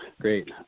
Great